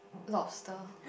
lobster